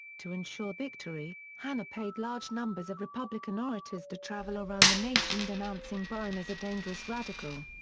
to ensure victory, hanna paid large numbers of republican orators to travel around the nation denouncing bryan as a dangerous radical.